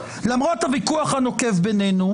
למרות הוויכוח הנוקב בינינו,